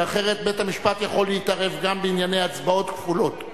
שאחרת בית-המשפט יכול להתערב גם בענייני הצבעות כפולות,